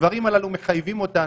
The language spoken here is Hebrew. הדברים הללו מחייבים אותנו,